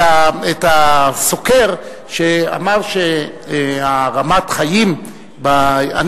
את הסוקר שאמר שרמת החיים ביישוב הערבי,